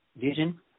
vision